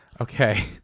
Okay